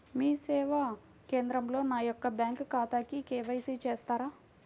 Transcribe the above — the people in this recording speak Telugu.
మీ సేవా కేంద్రంలో నా యొక్క బ్యాంకు ఖాతాకి కే.వై.సి చేస్తారా?